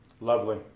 Lovely